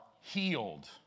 healed